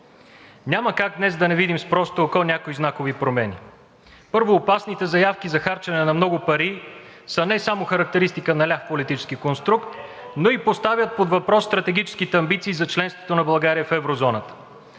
Няма как днес да не видим с просто око някои знакови промени. Първо, опасните заявки за харчене на много пари са не само характеристика на ляв политически конструкт, но и поставят под въпрос стратегическите амбиции за членството на България в еврозоната.